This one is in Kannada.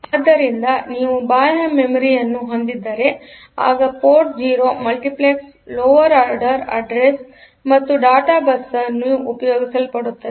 ಆದ್ದರಿಂದ ನೀವು ಬಾಹ್ಯ ಮೆಮೊರಿ ಯನ್ನು ಹೊಂದಿದ್ದರೆ ಆಗ ಪೋರ್ಟ್0 0 ಮಲ್ಟಿಪ್ಲೆಕ್ಸ್ಲೋವರ್ ಆರ್ಡರ್ ಅಡ್ರೆಸ್ ಮತ್ತು ಡೇಟಾ ಬಸ್ ಆಗಿ ಉಪಯೋಗಿಸಲ್ಪಡುಸುತ್ತದೆ